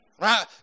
Right